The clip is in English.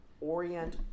orient